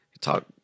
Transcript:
talk